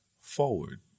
forward